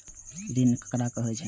ऋण ककरा कहे छै?